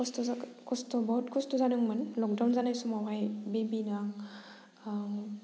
खस्त' जादों खस्त' बहुत खस्त' जादोंमोन लकडाउन जानाय समावहाय बेबि